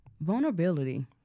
Vulnerability